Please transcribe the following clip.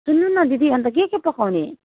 सुन्नु न दिदी अनि त के के पकाउने